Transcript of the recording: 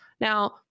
Now